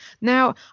now